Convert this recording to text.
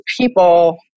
people